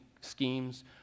schemes